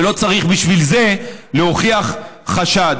ולא צריך בשביל זה להוכיח חשד,